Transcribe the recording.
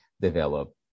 develop